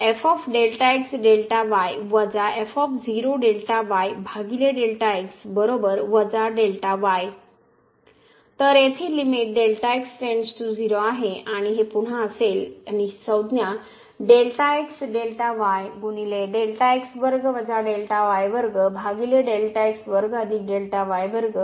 तर येथे आहे आणि ही पुन्हा असेल आणि ही संज्ञा Δआणि नंतर येथे आपल्याकडे Δx आहे